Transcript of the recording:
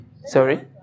Sorry